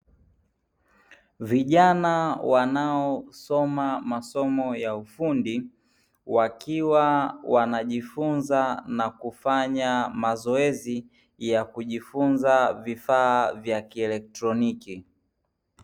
Vijana wanaosoma masomo ya ufundi wakiwa wanajifunza na kufanya mazoezi ya kujifunza vifaa vya kieletroniki.